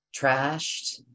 trashed